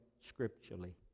scripturally